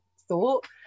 thought